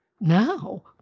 now